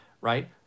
right